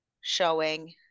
showing